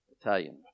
Italian